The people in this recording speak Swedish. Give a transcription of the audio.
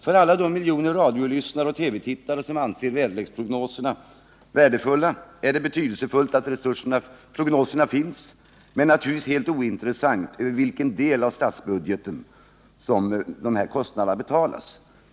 För alla de miljoner radiolyssnare och TV-tittare som anser väderleksprognoserna värdefulla är det betydelsefullt att prognoserna finns men naturligtvis helt ointressant över vilken del av statsbudgeten kostnaderna betalas.